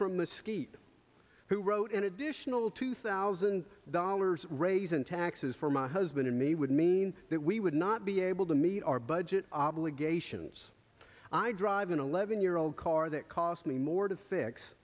mosquito who wrote an additional two thousand dollars raise in taxes for my husband and me would mean that we would not be able to meet our budget obligations i drive an eleven year old car that cost me more to fix